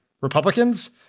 Republicans